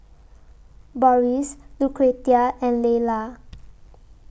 Boris Lucretia and Leyla